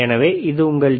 எனவே இது உங்கள் டி